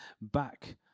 back